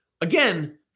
again